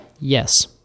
Yes